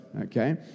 okay